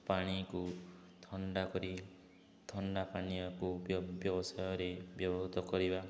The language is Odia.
ପାଣିକୁ ଥଣ୍ଡା କରି ଥଣ୍ଡା ପାନୀୟକୁ ବ୍ୟବସାୟରେ ବ୍ୟବହୃତ କରିବା